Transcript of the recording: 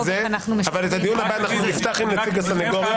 אבל את הדיון הבא אנחנו נפתח עם נציג הסניגוריה